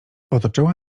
otoczyła